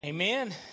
Amen